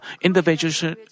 individual